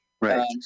Right